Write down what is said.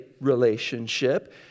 relationship